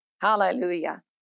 Hallelujah